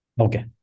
okay